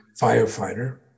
firefighter